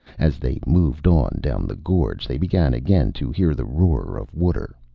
as they moved on down the gorge, they began again to hear the roar of water,